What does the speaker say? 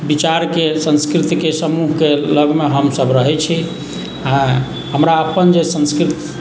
विचारके संस्कृतिके समूहके लगमे हमसब रहै छी आओर हमर अपन जे संस्कृति